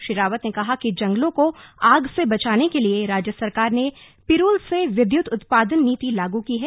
श्री रावत ने कहा कि जंगलों को आग से बचाने के लिए राज्य सरकार ने पिरूल से विद्युत उत्पादन नीति लागू की है